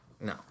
No